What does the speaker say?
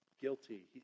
guilty